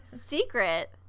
secret